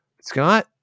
Scott